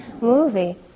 movie